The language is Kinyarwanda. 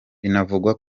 binavugwa